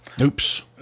Oops